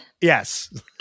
Yes